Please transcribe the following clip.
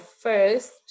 first